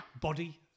Body